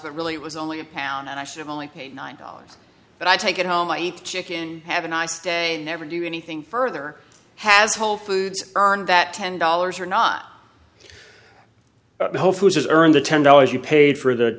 but really it was only a pound and i should have only nine dollars but i take it home i eat chicken have a nice day and never do anything further has whole foods earned that ten dollars or not whole foods has earned the ten dollars you paid for the